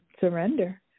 surrender